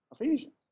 Ephesians